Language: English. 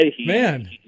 Man